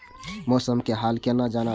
मौसम के हाल केना जानब?